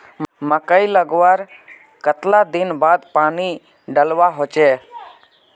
मकई लगवार कतला दिन बाद पानी डालुवा होचे?